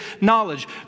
knowledge